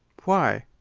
why?